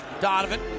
Donovan